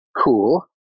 cool